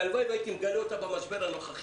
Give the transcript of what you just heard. שהלוואי והייתי מגלה אותה במשבר הנוכחי,